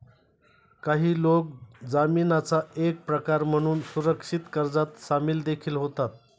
काही लोक जामीनाचा एक प्रकार म्हणून सुरक्षित कर्जात सामील देखील होतात